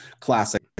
classic